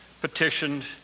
petitioned